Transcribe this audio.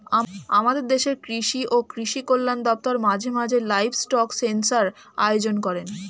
আমাদের দেশের কৃষি ও কৃষি কল্যাণ দপ্তর মাঝে মাঝে লাইভস্টক সেন্সাস আয়োজন করেন